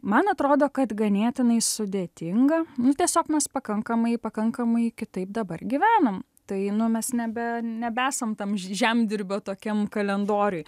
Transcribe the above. man atrodo kad ganėtinai sudėtinga nu tiesiog mes pakankamai pakankamai kitaip dabar gyvenam tai nu mes nebe nebesam tam žemdirbio tokiam kalendoriuj